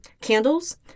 candles